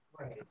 Right